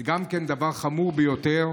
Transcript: גם זה דבר חמור ביותר.